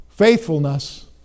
faithfulness